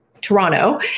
Toronto